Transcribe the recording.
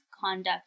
conduct